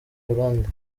burundi